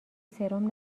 سرم